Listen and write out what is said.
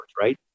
right